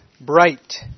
bright